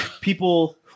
people –